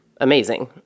amazing